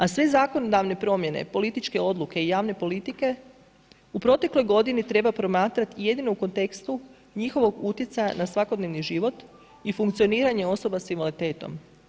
A sve zakonodavne promjene, političke odluke i javne politike u protekloj godini treba promatrati jedino u kontekstu njihovog utjecaja na svakodnevni život i funkcioniranje osoba s invaliditetom.